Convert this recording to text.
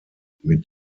mit